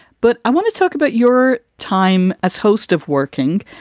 but i want to talk about your time as host of working.